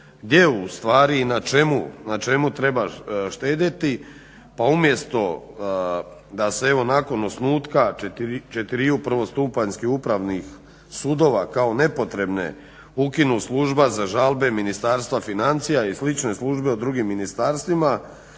gdje u stvari i na čemu treba štedjeti. Pa umjesto da se nakon osnutka četiriju prvostupanjskih upravnih sudova kao nepotrebne ukinu Služba za žalbe Ministarstva financija i slične službe u drugim ministarstvima